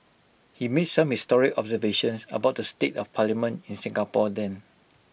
he made some historic observations about the state of parliament in Singapore then